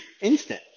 instant